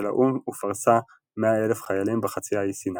האו"ם ופרסה 100,000 חיילים בחצי האי סיני.